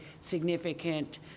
significant